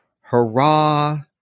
Hurrah